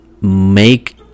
make